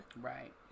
Right